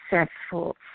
successful